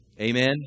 Amen